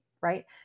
right